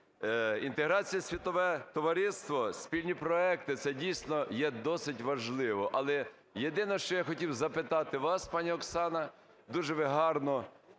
Інтеграція, світове товариство, спільні проекти – це дійсно є досить важливо, але єдине, що я хотів запитати вас, пані Оксано. Дуже ви гарно